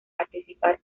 participar